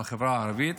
בחברה הערבית,